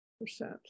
percent